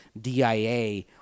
DIA